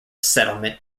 settlement